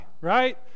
right